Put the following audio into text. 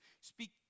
speak